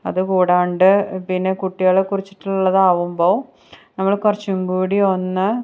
അത് കൂടാണ്ട് പിന്നെ കുട്ടികളേക്കുറിച്ചിട്ടുള്ളതാവുമ്പോൾ നമ്മൾ കുറച്ചും കൂടി ഒന്ന്